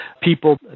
people